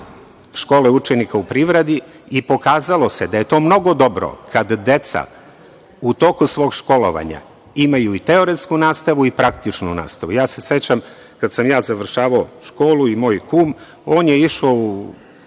škole učenika u privredi i pokazalo se da je to mnogo dobro kad deca u toku svog školovanja imaju i teoretsku i praktičnu nastavu. Ja se sećam, kad sam ja završavao školu, i moj kum, on je išao